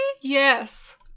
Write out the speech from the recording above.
Yes